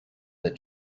that